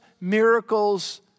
miracles